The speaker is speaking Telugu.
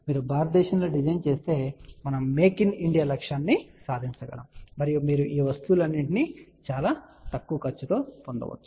మీరు భారతదేశంలో డిజైన్ చేస్తే మనము మేక్ ఇన్ ఇండియా లక్ష్యాన్ని సాధించగలం మరియు మీరు ఈ వస్తువులన్నింటినీ చాలా తక్కువ ఖర్చుతో పొందవచ్చు